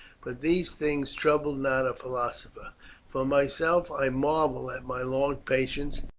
but these things trouble not a philosopher for myself i marvel at my long patience,